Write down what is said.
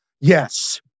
yes